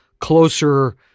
closer